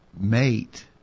mate